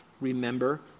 remember